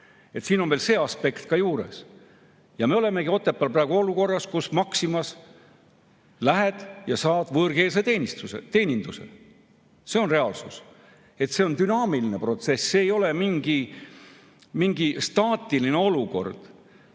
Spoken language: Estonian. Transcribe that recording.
Siin on veel see aspekt ka juures. Me olemegi Otepääl praegu olukorras, kus Maximas lähed ja saad võõrkeelse teeninduse. See on reaalsus. See on dünaamiline protsess, see ei ole mingi staatiline olukord.